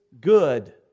good